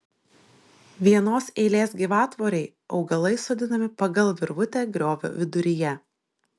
vienos eilės gyvatvorei augalai sodinami pagal virvutę griovio viduryje